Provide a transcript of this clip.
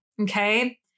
Okay